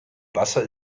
wasser